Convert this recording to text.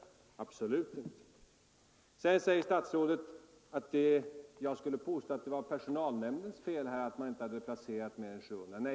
Absolut inte! Statsrådet säger att jag skulle påstå att det var personalnämndens fel att inte mer än 700 hade blivit placerade.